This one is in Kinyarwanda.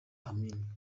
amin